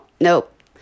nope